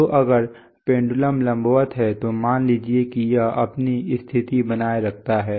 तो अगर पेंडुलम लंबवत है तो मान लीजिए कि यह अपनी स्थिति बनाए रखता है